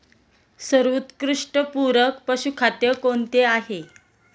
सर्वोत्कृष्ट पूरक पशुखाद्य कोणते आहे?